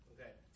Okay